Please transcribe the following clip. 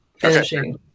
finishing